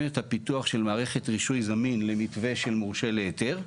את הפיתוח של מערכת רישוי זמין למתווה של מורשה להיתר,